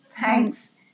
thanks